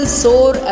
soar